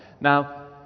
Now